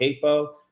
Capo